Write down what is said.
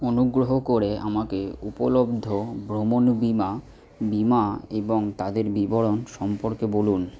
অনুগ্রহ করে আমাকে উপলব্ধ ভ্রমণ বীমা বীমা এবং তাদের বিবরণ সম্পর্কে বলুন